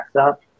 up